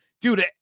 dude